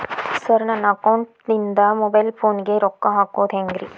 Sir ನನ್ನ ಅಕೌಂಟದಿಂದ mobile ಫೋನಿಗೆ ರೊಕ್ಕ ಹಾಕೋದು ಹೆಂಗ್ರಿ?